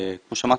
כמו שאמרת,